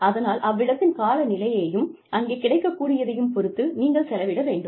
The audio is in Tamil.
அதனால் அவ்விடத்தின் காலநிலையையும் அங்கே கிடைக்கக்கூடியதையும் பொறுத்து நீங்கள் செலவிட வேண்டும்